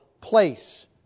place